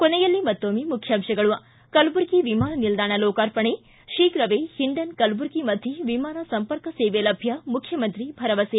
ಕೊನೆಯಲ್ಲಿ ಮತ್ತೊಮ್ನೆ ಮುಖ್ಯಾಂತಗಳು ಿ ಕಲಬುರಗಿ ವಿಮಾನ ನಿಲ್ಲಾಣ ಲೋಕಾರ್ಪಣೆ ಶೀಘ್ರವೇ ಹಿಂಡನ್ ಕಲಬುರಗಿ ಮಧ್ಯೆ ವಿಮಾನ ಸಂಪರ್ಕ ಸೇವೆಗೆ ಲಭ್ಯ ಮುಖ್ಯಮಂತ್ರಿ ಭರವಸೆ